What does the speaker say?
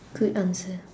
good answer